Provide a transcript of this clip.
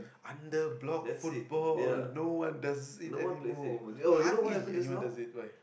under block football no one does it anymore hardly anyone does it